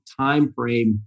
timeframe